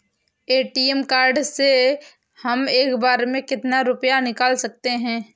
ATM card से हम एक बार में कितना रुपया निकाल सकते हैं?